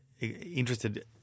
interested